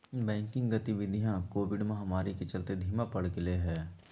banking गतिवीधियां COVID महामारी के चलते धीमा पड़ गेले हें